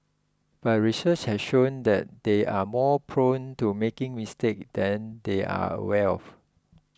but research has shown that they are more prone to making mistakes than they are aware of